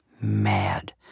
mad